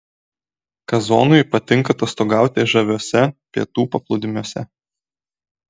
kazonui patinka atostogauti žaviuose pietų paplūdimiuose